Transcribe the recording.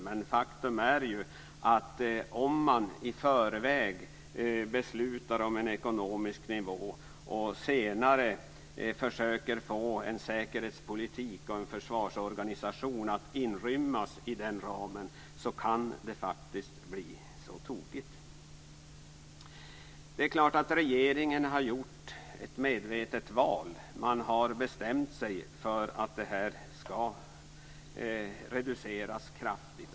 Men faktum är att om man i förväg beslutar om en ekonomisk ram och senare försöker få en säkerhetspolitik och en försvarsorganisation att inrymmas i den ramen, så kan det faktiskt bli så tokigt. Det är klart att regeringen har gjort ett medvetet val. Man har bestämt sig för att försvaret ska reduceras kraftigt.